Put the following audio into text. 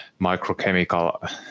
microchemical